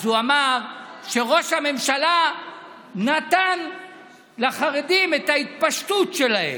הוא אמר שראש הממשלה נתן לחרדים את ההתפשטות שלהם.